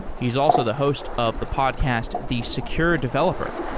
he's also the host of the podcast the secure developer,